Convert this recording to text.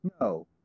No